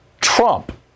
Trump